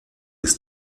des